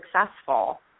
successful